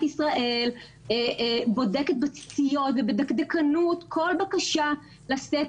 ישראל בודקת בציציות ובדקדקנות כל בקשה לשאת